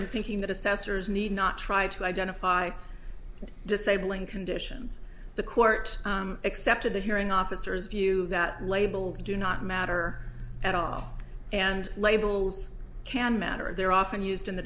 in thinking that assessors need not try to identify disabling conditions the court accepted the hearing officers view that labels do not matter at all and labels can matter they're often used in the